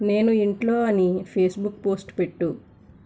నేను ఇంట్లో అని ఫేస్బుక్ పోస్ట్ పెట్టు